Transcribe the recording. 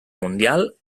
mundial